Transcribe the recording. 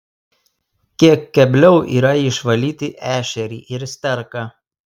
kiek kebliau yra išvalyti ešerį ir sterką